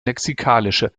lexikalische